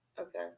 Okay